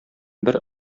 бер